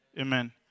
Amen